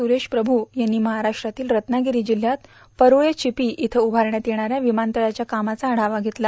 सुरेश प्रभू यांनी मझराष्ट्रातील रत्नागिरी जिल्ह्यात पठळे विपी इथं उभारण्यात येणाऱ्या विमानतळाच्या कामाचा आढावा घेतला